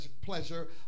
pleasure